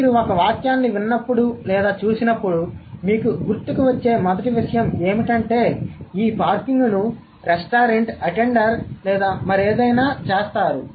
కాబట్టి మీరు ఒక వాక్యాన్ని విన్నప్పుడు లేదా చూసినప్పుడు మీకు గుర్తుకు వచ్చే మొదటి విషయం ఏమిటంటే ఈ పార్కింగ్ను రెస్టారెంట్ అటెండర్ లేదా మరేదైనా చేస్తారు